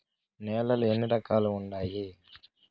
నేలలు ఎన్ని రకాలు వుండాయి?